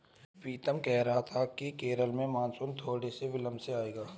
पीतम कह रहा था कि केरल में मॉनसून थोड़े से विलंब से आएगा